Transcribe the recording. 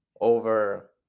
over